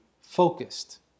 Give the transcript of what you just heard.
focused